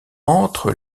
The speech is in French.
entre